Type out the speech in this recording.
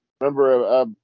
Remember